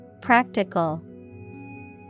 Practical